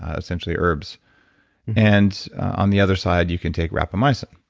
ah essentially herbs and on the other side you can take rapamycin.